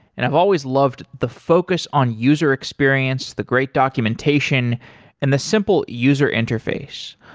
and i've always loved the focus on user experience, the great documentation and the simple user interface.